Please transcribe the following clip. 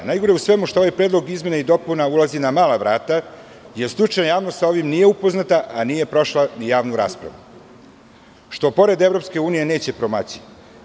Najgore u svemu tome je što ovaj predlog izmena i dopuna ulazi na mala vrata, jer stručna javnost nije sa ovim upoznata a nije prošla ni javnu raspravu, što pored EU neće promaći.